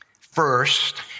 first